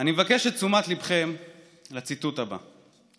אני מבקש את תשומת ליבכם לציטוט הבא: